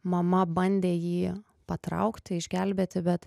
mama bandė jį patraukti išgelbėti bet